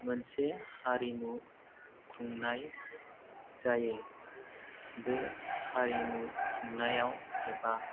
मोनसे हारिमु खुंनाय जायो बे हारिमु खुंनायाव एबा